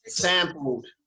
sampled